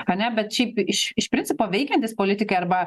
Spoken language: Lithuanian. ane bet šiaip iš iš principo veikiantys politikai arba